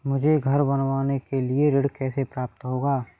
मुझे घर बनवाने के लिए ऋण कैसे प्राप्त होगा?